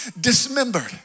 dismembered